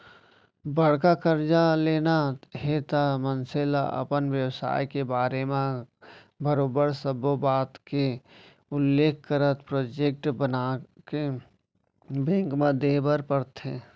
बड़का करजा लेना हे त मनसे ल अपन बेवसाय के बारे म बरोबर सब्बो बात के उल्लेख करत प्रोजेक्ट बनाके बेंक म देय बर परथे